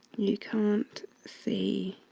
you can't see